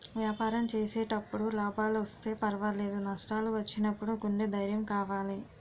వ్యాపారం చేసేటప్పుడు లాభాలొస్తే పర్వాలేదు, నష్టాలు వచ్చినప్పుడు గుండె ధైర్యం కావాలి